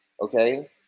Okay